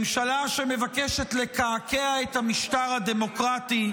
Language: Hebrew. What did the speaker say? ממשלה שמבקשת לקעקע את המשטר הדמוקרטי,